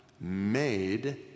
Made